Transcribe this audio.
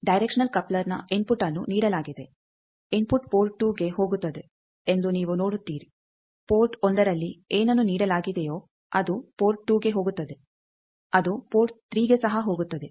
directional ಕಪ್ಲರ್ನ input ಅನ್ನು ನೀಡಲಾಗಿದೆ ಇನ್ಫುಟ್ ಪೋರ್ಟ್ 2ಗೆ ಹೋಗುತ್ತದೆ ಎಂದು ನೀವು ನೋಡುತ್ತೀರಿ ಪೋರ್ಟ್ 1ರಲ್ಲಿ ಏನನ್ನು ನೀಡಲಾಗಿದೆಯೋ ಅದು ಪೋರ್ಟ್ 2ಗೆ ಹೋಗುತ್ತದೆ ಅದು ಪೋರ್ಟ್ 3ಗೆ ಸಹ ಹೋಗುತ್ತದೆ